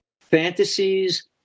fantasies